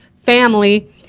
family –